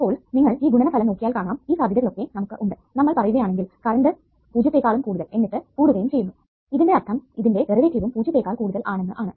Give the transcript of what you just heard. അപ്പോൾ നിങ്ങൾ ഈ ഗുണനഫലം നോക്കിയാൽ കാണാം ഈ സാധ്യതകളൊക്കെ നമുക്ക് ഉണ്ട് നമ്മൾ പറയുകയാണെങ്കിൽ കറണ്ട് 0 എന്നിട്ട് കൂടുകയും ചെയ്യുന്നു ഇതിന്റെ അർത്ഥം ഇതിന്റെ ഡെറിവേറ്റീവും പൂജ്യത്തെക്കാൾ കൂടുതൽ ആണെന്ന് ആണ്